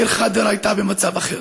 העיר ח'דר הייתה במצב אחר.